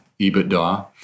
EBITDA